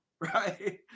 right